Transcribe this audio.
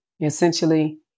essentially